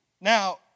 Now